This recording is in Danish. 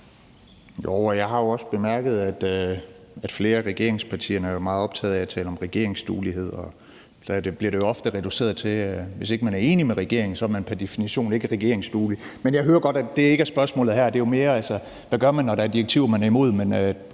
Jeg har jo også bemærket, at flere af regeringspartierne er meget optaget af at tale om regeringsduelighed. Der bliver det jo ofte reduceret til, at hvis ikke man er enig med regeringen, er man pr. definition ikke regeringsduelig. Men jeg hører godt, at det ikke er spørgsmålet her. Det handler mere om, hvad man gør, når der er direktiver, man er imod,